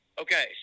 Okay